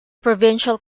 provincial